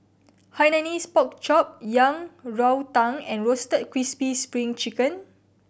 Hainanese Pork Chop Yang Rou Tang and Roasted Crispy Spring Chicken